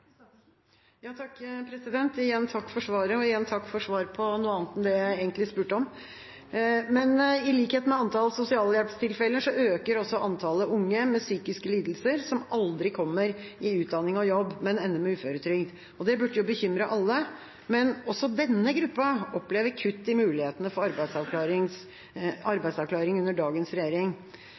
Igjen takk for svaret, og igjen takk for svar på noe annet enn det jeg egentlig spurte om. I likhet med antall sosialhjelpstilfeller øker antallet unge med psykiske lidelser som aldri kommer i utdanning og jobb, men ender med uføretrygd. Det burde bekymre alle, men også denne gruppa får kutt i mulighetene for arbeidsavklaring under dagens regjering.